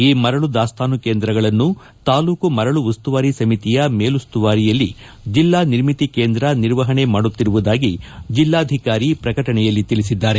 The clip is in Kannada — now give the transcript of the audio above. ಈ ಮರಳು ದಾಸ್ತಾನು ಕೇಂದ್ರಗಳನ್ನು ತಾಲ್ಲೂಕ್ ಮರಳು ಉಸ್ತುವಾರಿ ಸಮಿತಿಯ ಮೇಲುಸ್ತುವಾರಿಯಲ್ಲಿ ಜಿಲ್ಲಾ ನಿರ್ಮಿತಿ ಕೇಂದ್ರ ನಿರ್ವಹಣೆ ಮಾಡುತ್ತಿರುವುದಾಗಿ ಜಿಲ್ಲಾಧಿಕಾರಿ ಪ್ರಕಟಣೆಯಲ್ಲಿ ತಿಳಿಸಿದ್ದಾರೆ